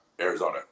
arizona